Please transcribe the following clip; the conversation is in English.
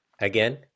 again